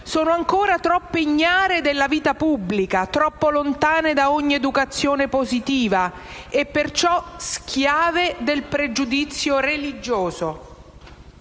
sono ancora troppo ignare della vita pubblica, troppo lontane da ogni educazione positiva, e perciò schiave del pregiudizio religioso,